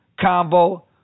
Combo